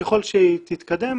כשכבר הדברים מתקדמים